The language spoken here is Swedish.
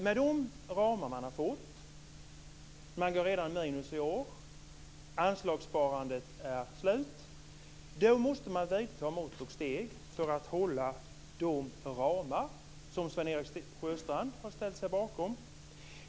Med de ramar man har fått - man går redan med minus i år, anslagssparandet är slut - måste man vidta mått och steg för att hålla de ramar som Sven-Erik Sjöstrand har ställt sig bakom.